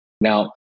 Now